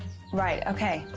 right. okay.